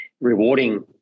Rewarding